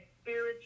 spiritual